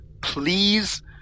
please